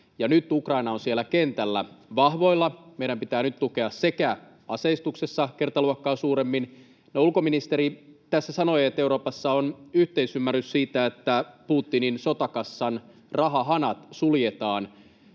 Nyt Ukraina on siellä kentällä vahvoilla, meidän pitää nyt tukea myös aseistuksessa kertaluokkaa suuremmin. Ulkoministeri tässä sanoi, että Euroopassa on yhteisymmärrys siitä, että Putinin sotakassan rahahanat suljetaan.